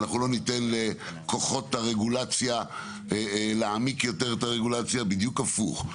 אנחנו לא ניתן לכוחות הרגולציה להעמיק את הרגולציה יותר; בדיוק הפוך,